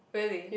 really